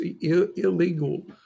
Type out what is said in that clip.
illegal